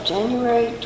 January